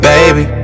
Baby